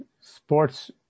sports